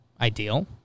Ideal